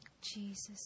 Jesus